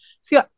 see